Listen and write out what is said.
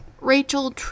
Rachel